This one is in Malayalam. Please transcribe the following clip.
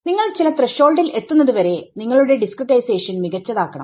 നിങ്ങൾ ചില ത്രെഷോൾഡിൽ എത്തുന്നത് വരെ നിങ്ങളുടെ ഡിസ്ക്രിടൈസേഷൻമികച്ചതാക്കണം